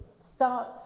start